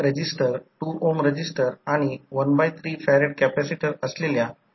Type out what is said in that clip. तर आता या बाजूला म्हणजे सेकंडरी साईडचे इक्विवलेंट रेजिस्टन्स आणि रिअॅक्टॅन्स प्रायमरी साईडला हस्तांतरित केले जाते